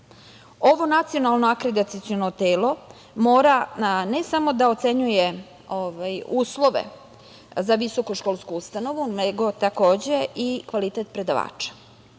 Nacionalno akreditaciono telo ne samo da ocenjuje uslove za visokoškolsku ustanovu, nego takođe i kvalitet predavača. Treba